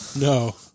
No